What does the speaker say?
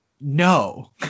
No